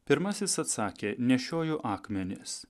pirmasis atsakė nešioju akmenis